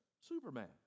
Superman